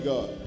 God